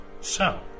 So